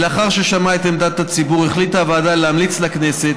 לאחר ששמעה את עמדת הציבור החליטה הוועדה להמליץ לכנסת